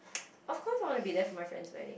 of course I want to be there for my friend's weddings